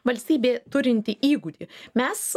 valstybė turinti įgūdį mes